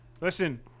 Listen